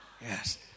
Yes